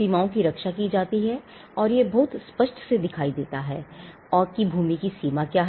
सीमाओं की रक्षा की जाती है और यह बहुत स्पष्ट से दिखाई देता है कि भूमि की सीमा क्या है